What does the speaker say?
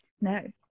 No